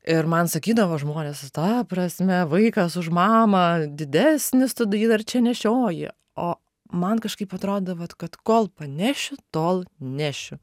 ir man sakydavo žmonės ta prasme vaikas už mamą didesnis tu jį dar čia nešioji o man kažkaip atrodo vat kad kol panešiu tol nešiu